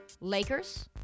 Lakers